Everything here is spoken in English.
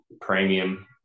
premium